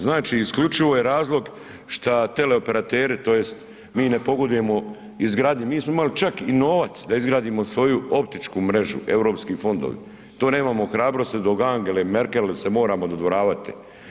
Znači isključivo je razlog šta teleoperateri to jest mi ne pogodujemo izgradnji, mi smo imali čak i novac da izgradimo svoju optičku mrežu, europski fondovi, to nemamo hrabrosti ... Angeli Merkel se moramo dodvoravati.